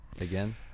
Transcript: again